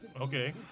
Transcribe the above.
Okay